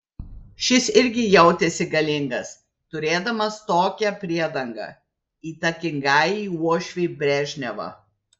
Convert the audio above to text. šis irgi jautėsi galingas turėdamas tokią priedangą įtakingąjį uošvį brežnevą